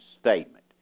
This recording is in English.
statement